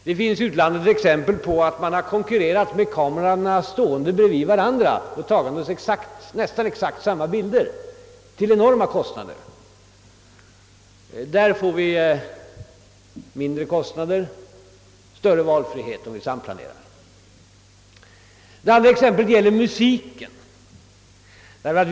Det finns i utlandet exempel på hur man vid sådana tillfällen till enorma kostnader har konkurrerat med kamerorna stående bredvid varandra och tagande nästan exaki samma bilder. Vi får mindre kostnader och större valfrihet om vi samplanerar i sådana fall. Detta gäller även musiken.